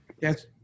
Yes